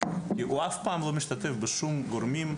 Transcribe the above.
כי הוא אף פעם לא משתתף בשום גורמים,